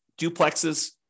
duplexes